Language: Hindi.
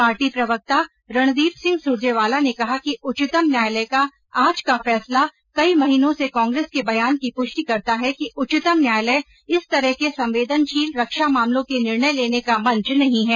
पार्टी प्रवक्ता रणदीप सिंह सुरजेवाला ने कहा कि उच्चतम न्यायालय का आज का फैसला कई महीनों से कांग्रेस के बयान की पुष्टि करता है कि उच्चतम न्यायालय इस तरह के संवेदनशील रक्षा मामलों के निर्णय लेने का मंच नहीं है